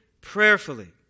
prayerfully